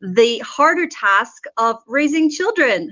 the harder task of raising children.